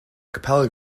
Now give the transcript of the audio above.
capella